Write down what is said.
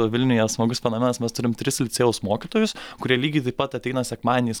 vilniuje smagus fenomenas mes turim tris licėjaus mokytojus kurie lygiai taip pat ateina sekmadieniais